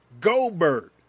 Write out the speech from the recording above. Goldberg